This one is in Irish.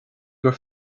gur